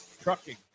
trucking